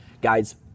Guys